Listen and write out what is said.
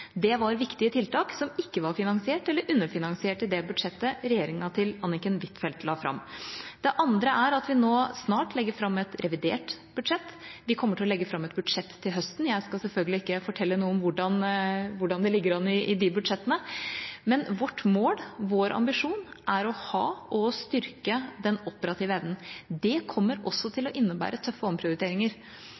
Det var viktige tiltak som ikke var finansiert, eller underfinansiert, i det budsjettet regjeringa til Anniken Huitfeldt la fram. Det andre er at vi nå snart legger fram et revidert budsjett. Vi kommer til å legge fram et budsjett til høsten. Jeg skal selvfølgelig ikke fortelle noe om hvordan det ligger an i de budsjettene. Men vårt mål, vår ambisjon, er å ha – og styrke – den operative evnen. Det kommer også til å innebære tøffe omprioriteringer.